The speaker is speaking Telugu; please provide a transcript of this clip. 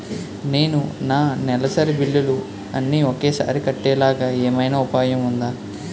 నేను నా నెలసరి బిల్లులు అన్ని ఒకేసారి కట్టేలాగా ఏమైనా ఉపాయం ఉందా?